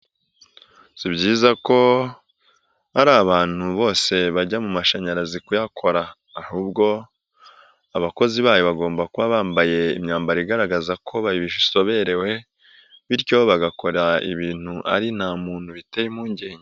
Si byiza ko ari abantu bose bajya mu mashanyarazi kuyakora, ahubwo abakozi bayo bagomba kuba bambaye imyambaro igaragaza ko babizoberewe bityo bagakora ibintu ari nta muntu biteye impungenge.